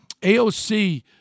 AOC